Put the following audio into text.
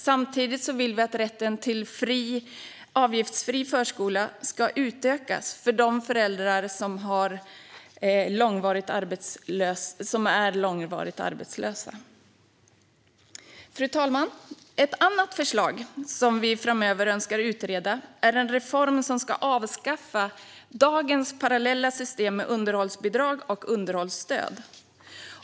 Samtidigt vill vi att rätten till avgiftsfri förskola ska utökas för barn till de föräldrar som är långvarigt arbetslösa. Fru talman! Ett annat förslag som vi framöver önskar utreda är en reform som ska avskaffa dagens parallella system med underhållsbidrag och underhållsstöd.